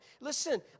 Listen